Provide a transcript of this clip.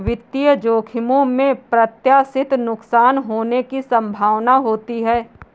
वित्तीय जोखिमों में अप्रत्याशित नुकसान होने की संभावना होती है